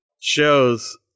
shows